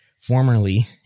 formerly